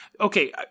Okay